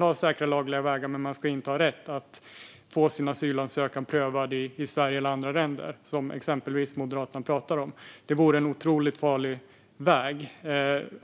om säkra och lagliga vägar men utan rätt att få sin asylansökan prövad i Sverige, som Moderaterna pratar om, vore en otroligt farlig utveckling.